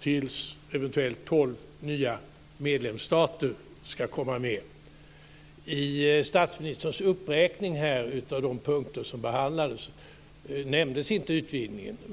tills eventuellt tolv nya stater ska komma med. I statsministerns uppräkning av de punkter som behandlades nämndes inte utvidgningen.